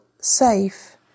safe